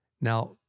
Now